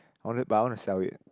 won it but I want to sell it